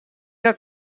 que